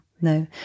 no